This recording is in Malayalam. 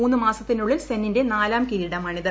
മൂന്ന് മാസത്തിനുള്ളിൽ സെന്നിന്റെ ഗ്നാലാം കിരീടമാണിത്